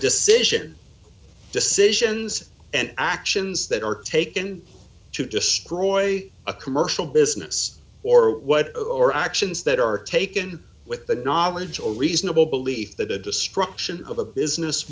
decision decisions and actions that are taken to destroy a commercial business or what or actions that are taken with the knowledge or reasonable belief that a destruction of a business